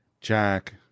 jack